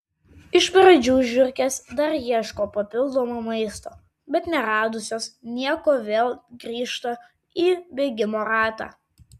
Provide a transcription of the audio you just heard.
iš pradžių žiurkės dar ieško papildomo maisto bet neradusios nieko vėl grįžta į bėgimo ratą